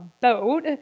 boat